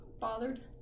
bothered